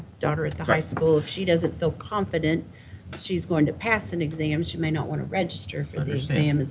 daughter at the high school, if she doesn't feel confident she's going to pass an exam, she may not want to register for the exam.